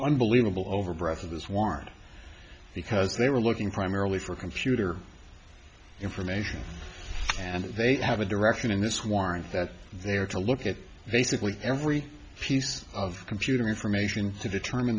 unbelievable over breath of this war because they were looking primarily for computer information and they have a direction in this warrant that they are to look at basically every piece of computer information to determine